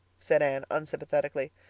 said anne unsympathetically.